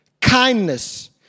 Kindness